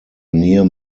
near